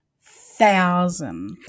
thousand